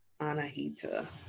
Anahita